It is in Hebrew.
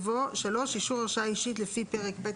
שלא מבצעים אותן לפי מה שנקבע כאן בחוק,